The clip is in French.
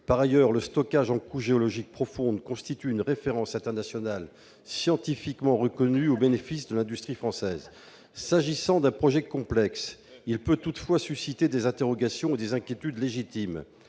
Par ailleurs, le stockage en couche géologique profonde constitue une référence internationale scientifiquement reconnue au bénéfice de l'industrie française. Un projet aussi complexe peut toutefois légitimement susciter des interrogations et des inquiétudes. Des